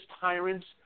tyrants